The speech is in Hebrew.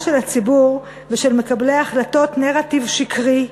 של הציבור ושל מקבלי ההחלטות נרטיב שקרי,